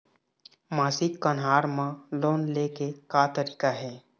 मासिक कन्हार म लोन ले के का तरीका हे?